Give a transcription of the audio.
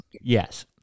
Yes